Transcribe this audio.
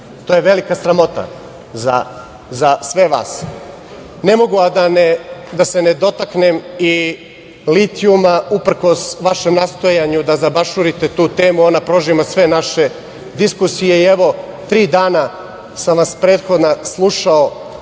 To je velika sramota za sve vas. Ne mogu, a da se ne dotaknem i litijuma, uprkos vašem nastojanju da zabašurite tu temu, ona prožima sve naše diskusije i tri dana sam vas prethodna slušao.